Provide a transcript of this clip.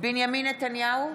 בנימין נתניהו,